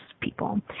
people